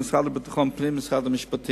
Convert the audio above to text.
עם המשרד לביטחון הפנים ועם משרד המשפטים.